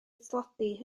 tlodi